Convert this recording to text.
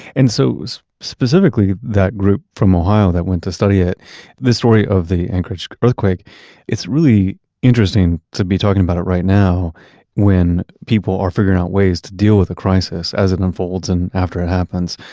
and so, specifically, that group from ohio that went to study it this story of the anchorage earthquake it's really interesting to be talking about it right now when people are figuring out ways to deal with a crisis as it unfolds and after it happens.